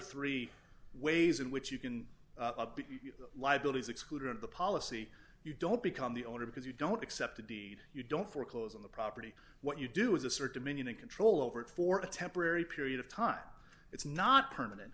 three ways in which you can be liabilities excluded of the policy you don't become the owner because you don't accept a deed you don't foreclose on the property what you do is assert dominion and control over it for a temporary period of time it's not permanent